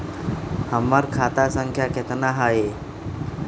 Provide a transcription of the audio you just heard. हमर खाता संख्या केतना हई?